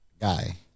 guy